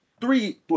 three